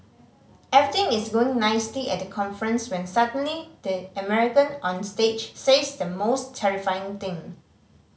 everything is going nicely at the conference when suddenly the American on stage says the most terrifying thing